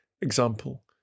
example